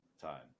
time